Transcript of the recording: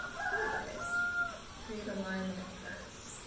curve it create a line that curves.